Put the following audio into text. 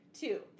Two